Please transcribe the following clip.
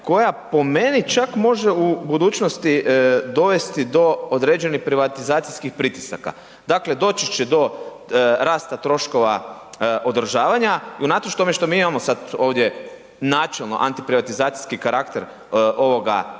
koja po meni čak može u budućnosti dovesti do određenih privatizacijskih pritisaka. Dakle, doći će do rasta troškova održavanja i unatoč tome što mi imamo sad ovdje načelno antiprivatizacijski karakter ovoga